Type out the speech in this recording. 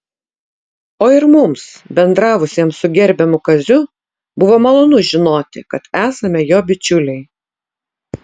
o ir mums bendravusiems su gerbiamu kaziu buvo malonu žinoti kad esame jo bičiuliai